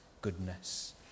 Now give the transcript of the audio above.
goodness